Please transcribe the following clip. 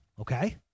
okay